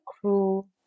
crew